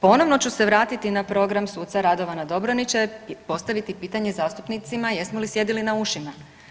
Ponovno ću se vratiti na program suca Radovana Dobronića i postaviti pitanje zastupnicima jesmo li sjedili na ušima?